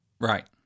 Right